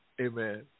Amen